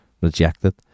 rejected